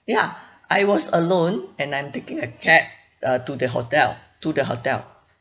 ya I was alone and I'm taking a cab uh to the hotel to the hotel